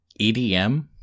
EDM